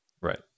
Right